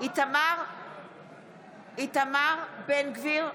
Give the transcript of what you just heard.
איתמר בן גביר,